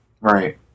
Right